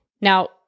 Now